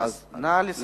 נא לסיים.